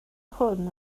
hwn